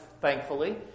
thankfully